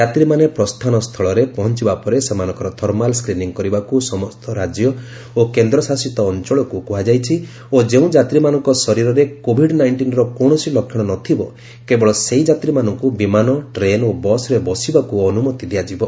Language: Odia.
ଯାତ୍ରୀମାନେ ପ୍ରସ୍ଥାନସ୍ଥଳରେ ପହଞ୍ଚ୍ଚବା ପରେ ସେମାନଙ୍କର ଥର୍ମାଲ୍ ସ୍କିନିଂ କରିବାକୁ ସମସ୍ତ ରାଜ୍ୟ ଓ କେନ୍ଦଶାସିତ ଅଞ୍ଚଳକ୍ କୁହାଯାଇଛି ଓ ଯେଉଁ ଯାତ୍ରୀମାନଙ୍କ ଶରୀରରେ କୋଭିଡ୍ ନାଇଷ୍ଟିନ୍ର କୌଣସି ଲକ୍ଷଣ ନଥିବ କେବଳ ସେହି ଯାତ୍ରୀମାନଙ୍କୁ ବିମାନ ଟ୍ରେନ୍ ଓ ବସ୍ରେ ବସିବାକୁ ଅନୁମତି ଦିଆଯିବ